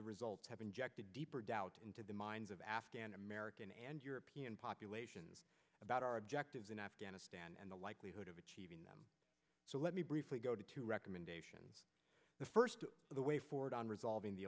the results have injected deeper doubt into the minds of afghan american and european populations about our objectives in afghanistan and the likelihood of achieving them so let me briefly go to two recommendations the first the way forward on resolving the